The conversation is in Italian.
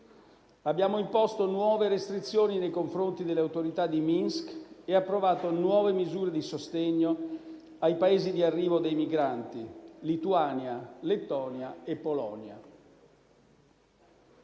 Abbiamo imposto nuove restrizioni nei confronti delle autorità di Minsk e approvato nuove misure di sostegno ai Paesi di arrivo dei migranti: Lituania, Lettonia e Polonia.